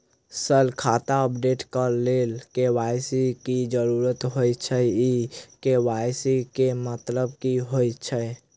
Sir खाता update करऽ लेल के.वाई.सी की जरुरत होइ छैय इ के.वाई.सी केँ मतलब की होइ छैय?